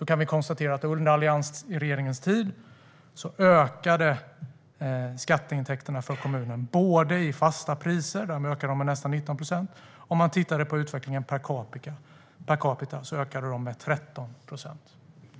Vi kan konstatera att under alliansregeringens tid ökade skatteintäkterna för kommunerna både i fasta priser - där ökade de med nästan 19 procent - och per capita, där de ökade med nästan 13 procent,